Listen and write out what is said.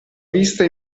vista